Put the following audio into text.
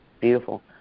beautiful